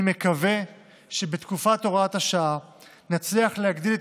אני מקווה שבתקופת הוראת השעה נצליח להגדיל את